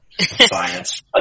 science